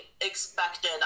expected